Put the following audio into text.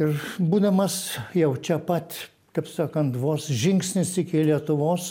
ir būdamas jau čia pat kaip sakant vos žingsnis iki lietuvos